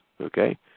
Okay